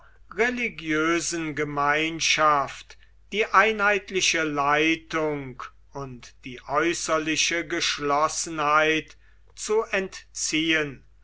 religiösen gemeinschaft die einheitliche leitung und die äußerliche geschlossenheit zu entziehen